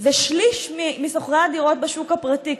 זה שליש משוכרי הדירות בשוק הפרטי.